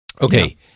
okay